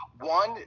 one